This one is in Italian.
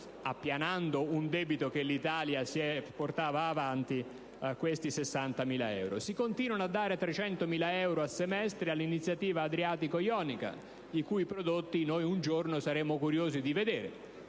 appianando un debito che l'Italia si portava avanti, questi 60.000 euro. Si continuano a dare 300.000 euro a semestre all'Iniziativa adriatico-ionica, i cui prodotti un giorno saremmo curiosi di vedere.